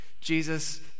jesus